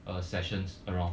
uh sessions around